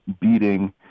beating